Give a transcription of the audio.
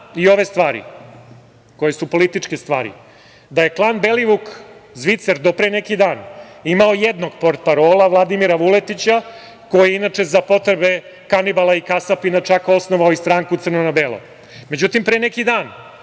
i ove stvari, koje su političke stvari, da je klan Belivuk Zvicer do pre neki dan imao jednog portparola Vladimira Vuletića koji je inače za potrebe kanibala i kasapina osnovao stranku „Crno na belo“. Međutim, pre neki dan